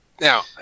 now